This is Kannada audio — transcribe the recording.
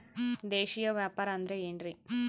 ದೇಶೇಯ ವ್ಯಾಪಾರ ಅಂದ್ರೆ ಏನ್ರಿ?